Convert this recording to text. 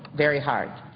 very hard.